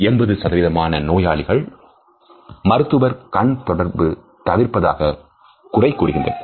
80சதவீதமான நோயாளிகள் மருத்துவர் கண் தொடர்பு தவிர்ப்பதற்காக குறை கூறியுள்ளனர்